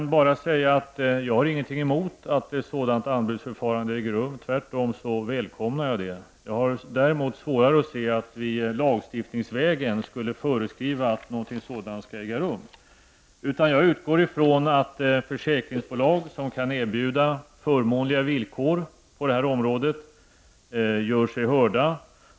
Jag har ingenting emot att sådant anbudsförfarande äger rum. Tvärtom välkomnar jag det. Jag har däremot svårare att se att vi lagstiftningsvägen skulle föreskriva att något sådant skall äga rum. Jag utgår ifrån att försäkringsbolag som kan erbjuda förmånliga villkor på detta område gör sig hörda.